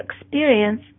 experience